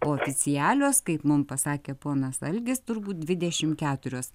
oficialios kaip mums pasakė ponas algis turbūt dvidešimt keturios